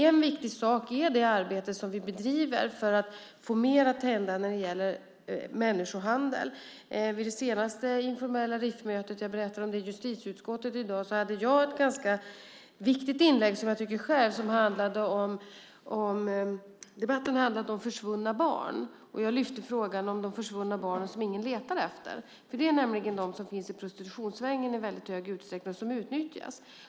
En viktig sak är det arbete som vi bedriver för att få mer att hända när det gäller människohandel. Vid det senaste informella RIF-mötet - jag berättade om det i justitieutskottet i dag - hade jag ett ganska viktigt inlägg, tycker jag själv. Debatten har handlat om försvunna barn, och jag lyfte fram frågan om de försvunna barn som ingen letar efter. Det är nämligen de som finns i prostitutionssvängen som i väldigt stor utsträckning utnyttjas.